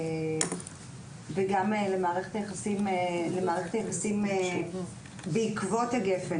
לפני תכנית הגפ"ן ובעקבותיה.